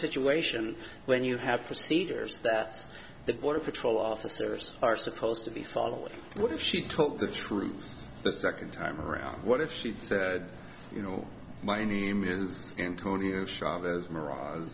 situation when you have procedures that the border patrol officers are supposed to be following what if she told the truth the second time around what if she said you know my name is antonio chavez mera